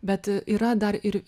bet yra dar ir